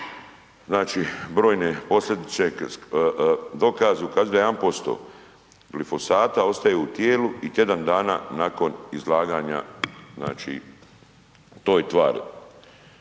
znači brojne posljedice, dokaz ukazuje da je 1% glifosata ostaje u tijelu i tjedan dana nakon izlaganja znači toj tvari.